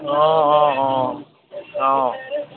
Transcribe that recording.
অঁ অঁ অঁ অঁ